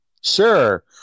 Sure